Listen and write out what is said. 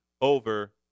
over